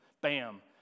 bam